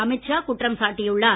அமித் ஷா குற்றம் சாட்டியுள்ளார்